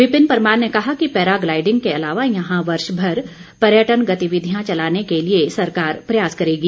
विपिन परमार ने कहा कि पैराग्लाईडिंग के अलावा यहां वर्ष भर पर्यटन गतिविधियां चलाने के लिए सरकार प्रयास करेगी